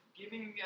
giving